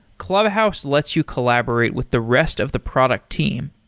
clubhouse lets you collaborate with the rest of the product team.